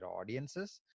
audiences